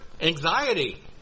anxiety